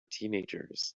teenagers